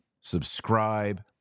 Subscribe